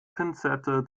pinzette